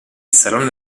salone